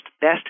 Best